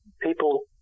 people